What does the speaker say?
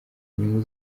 inyungu